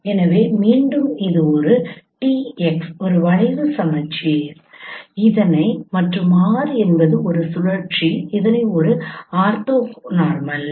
எனவே மீண்டும் இது ஒரு tx ஒரு வளைவு சமச்சீர் இதனை மற்றும் R என்பது ஒரு சுழற்சி இதனை இது ஒரு ஆர்த்தோனார்மல் இதனை